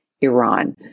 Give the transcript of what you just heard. Iran